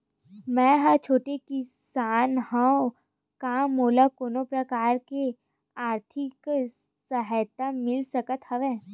मै ह छोटे किसान हंव का मोला कोनो प्रकार के आर्थिक सहायता मिल सकत हवय?